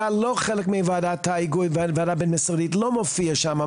לא חלק מוועדת ההיגוי והוועדה הבין-משרדית לא מופיע שם.